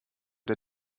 der